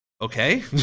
okay